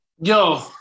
Yo